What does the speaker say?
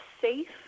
safe